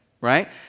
Right